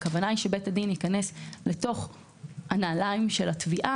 והכוונה היא שבית הדין ייכנס לנעליים של התביעה.